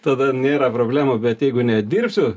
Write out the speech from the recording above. tada nėra problemų bet jeigu nedirbsiu